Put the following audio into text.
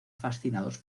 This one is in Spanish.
fascinados